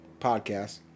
podcast